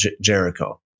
Jericho